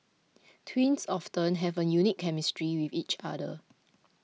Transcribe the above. twins often have a unique chemistry with each other